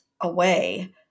away